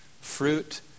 Fruit